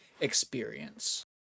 experience